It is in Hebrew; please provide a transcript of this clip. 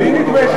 נדמה לי,